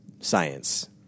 science